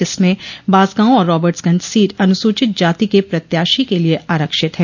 जिसमें बांसगांव और राबर्ट्सगंज सीट अनुसूचित जाति के प्रत्याशी के लिये आरक्षित है